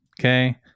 Okay